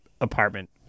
apartment